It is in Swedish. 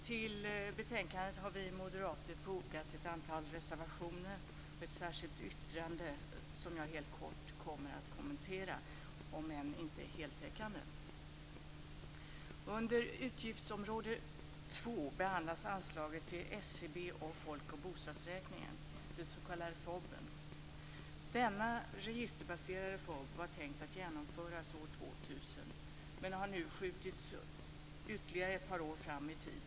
Till betänkandet har vi moderater fogat ett antal reservationer och ett särskilt yttrande som jag helt kort kommer att kommentera - om än inte på ett heltäckande sätt. Denna registerbaserade FoB var tänkt att genomföras år 2000 men har nu skjutits ytterligare ett par år fram i tiden.